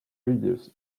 readers